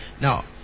Now